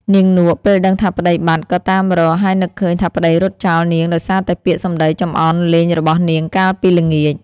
នាងនក់ ពេលដឹងថាប្តីបាត់ ក៏តាមរក ហើយនឹកឃើញថាប្តីរត់ចោលនាងដោយសារតែពាក្យសម្ដីចំអន់លេងរបស់នាងកាលពីល្ងាច ។